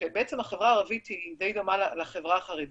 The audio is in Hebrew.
שבעצם החברה הערבית היא די דומה לחברה החרדית,